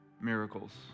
miracles